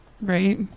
Right